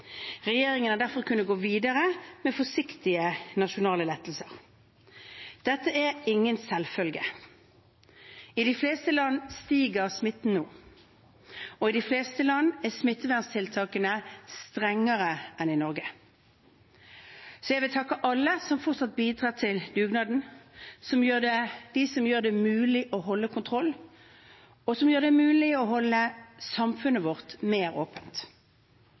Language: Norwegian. Regjeringen har derfor kunnet gå videre med forsiktige nasjonale lettelser. Dette er ingen selvfølge. I de fleste land stiger smitten nå, og i de fleste land er smitteverntiltakene strengere enn i Norge. Jeg vil takke alle som fortsatt bidrar til dugnaden, de som gjør det mulig å holde kontroll, og som gjør det mulig å holde samfunnet vårt mer åpent.